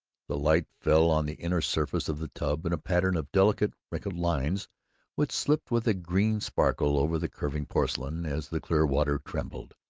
the light fell on the inner surface of the tub in a pattern of delicate wrinkled lines which slipped with a green sparkle over the curving porcelain as the clear water trembled.